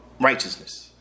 Righteousness